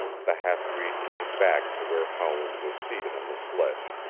the half-breed came back to where howland was seated on the sledge.